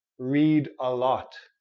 read a lot.